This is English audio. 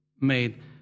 Made